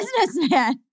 businessman